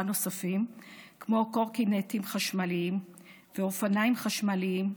נוספים כמו קורקינטים חשמליים ואופניים חשמליים,